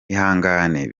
ihangane